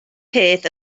peth